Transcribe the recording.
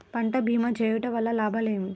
పంట భీమా చేయుటవల్ల లాభాలు ఏమిటి?